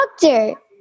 doctor